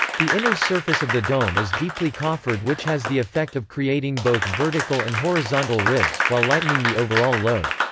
the inner surface of the dome is deeply coffered which has the effect of creating both vertical and horizontal ribs, while lightening the overall load.